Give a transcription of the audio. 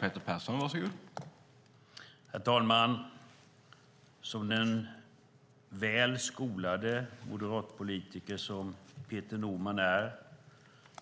Herr talman! Som den väl skolade moderatpolitiker som Peter Norman är